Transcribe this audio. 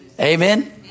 Amen